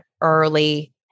early